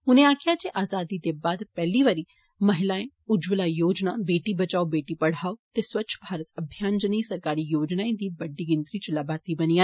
उनें आक्खेआ जे आज़ादी दे बाद पेहली बारी महिलाएं उज्जवला योजना बेटी बचाओ बेटी पढ़ाओ ते स्वच्छ भारत अभियान जनेह सरकारी योजनाएं दी बड्डी गिनतरी च लाथार्थी बनियां